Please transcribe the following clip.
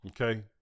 Okay